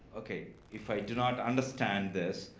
okay, if i do not understand this,